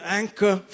anchor